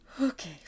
Okay